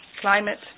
climate